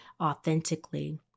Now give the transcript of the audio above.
authentically